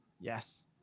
Yes